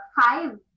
five